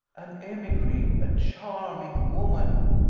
an emigree a charming woman!